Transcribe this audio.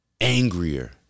angrier